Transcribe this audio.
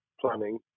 planning